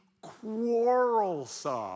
quarrelsome